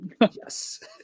Yes